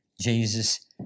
Jesus